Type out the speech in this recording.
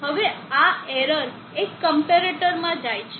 હવે આ એરર એક ક્મ્પેરેટર માં જાય છે